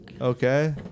okay